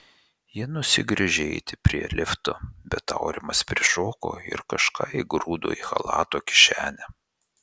ji nusigręžė eiti prie lifto bet aurimas prišoko ir kažką įgrūdo į chalato kišenę